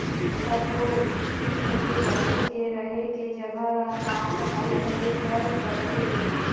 सब्बो किसम के पशु के रहें के जघा ल साफ सफई करे बर परथे